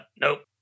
nope